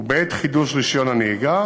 ובעת חידוש רישיון הנהיגה,